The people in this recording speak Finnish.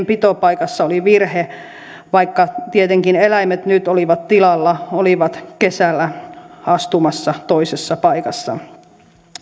pitopaikassa oli virhe vaikka tietenkin eläimet nyt olivat tilalla olivat kesällä astumassa toisessa paikassa